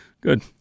Good